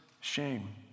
shame